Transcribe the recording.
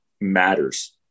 matters